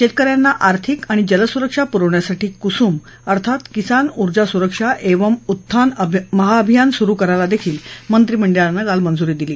शेतक यांना आर्थिक आणि जलसुरक्षा पुरवण्यासाठी कुसूम अर्थात किसान ऊर्जा सुरक्षा एवंम उत्थान महाअभियान सुरु करायला मंत्रिमंडळानं मंजुरी दिली